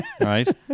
right